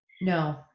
no